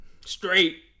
Straight